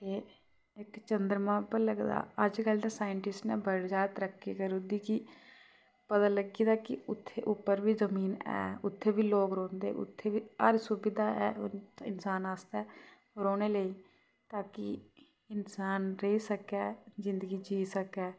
ते इक चंद्रमा उप्पर लगदा अज्जकल दे साईंटिस्ट ने बड़ी ज्यादा तरक्की करुड़दी कि पता लग्गी दा कि उत्थे उप्पर बी जमीन ऐ उत्थे बी लोक रौंह्दे उत्थे बी हर सुविधा ऐ इंसान आस्तै रौह्ने लेई ताकि इंसान रेही सकै जिंदगी जी सकै